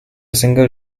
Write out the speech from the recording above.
single